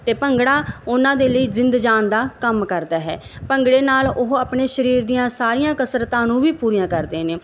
ਅਤੇ ਭੰਗੜਾ ਉਹਨਾਂ ਦੇ ਲਈ ਜਿੰਦ ਜਾਨ ਦਾ ਕੰਮ ਕਰਦਾ ਹੈ ਭੰਗੜੇ ਨਾਲ ਉਹ ਆਪਣੇ ਸਰੀਰ ਦੀਆਂ ਸਾਰੀਆਂ ਕਸਰਤਾਂ ਨੂੰ ਵੀ ਪੂਰੀਆਂ ਕਰਦੇ ਨੇ